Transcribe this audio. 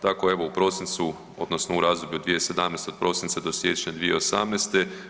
Tako evo u prosincu odnosno u razdoblju od 2017., od prosinca do siječnja 2018.